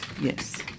Yes